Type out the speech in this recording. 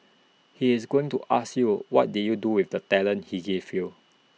he is going to ask you what did you do with the talents he gave you